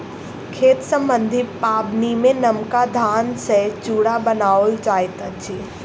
खेती सम्बन्धी पाबनिमे नबका धान सॅ चूड़ा बनाओल जाइत अछि